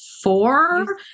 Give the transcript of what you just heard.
Four